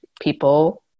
people